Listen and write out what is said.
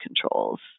controls